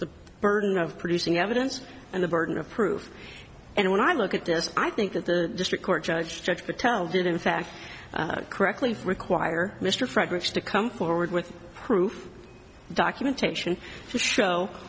the burden of producing evidence and the burden of proof and when i look at this i think that the district court judge judge patel did in fact correctly require mr frank rich to come forward with proof documentation to show